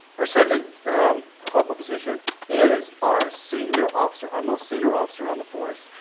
our second corporate position is our senior officer our most senior officer on the force.